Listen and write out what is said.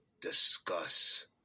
discuss